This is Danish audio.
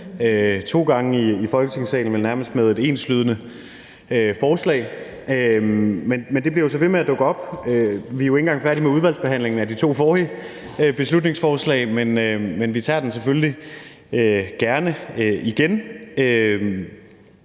to gange i Folketingssalen vel nærmest med enslydende forslag. Men det bliver jo så ved med at dukke op. Vi er jo ikke engang færdig med udvalgsbehandlingen af de to forrige beslutningsforslag, men vi tager den selvfølgelig gerne igen.